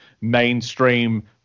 mainstream